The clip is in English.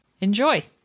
Enjoy